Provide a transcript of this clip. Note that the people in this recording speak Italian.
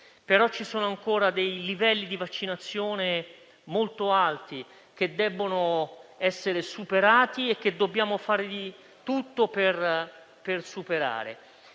però ci sono ancora dei livelli di vaccinazione molto alti, che debbono essere superati e che dobbiamo fare di tutto per superare.